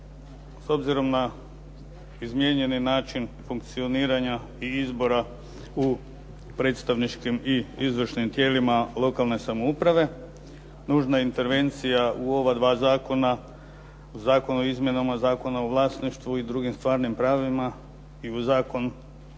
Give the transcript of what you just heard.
S obzirom na izmijenjeni način funkcioniranja i izbora u predstavničkim i izvršnim tijelima lokalne samouprave nužna intervencija u ova dva zakona, Zakona o izmjenama Zakon o vlasništvu i drugim stvarnim pravima i u Zakon